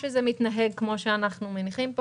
שזה מתנהג כפי שאנחנו מניחים.